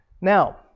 now